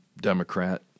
Democrat